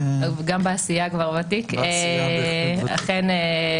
גם בעשייה הוא כבר ותיק, ואכן,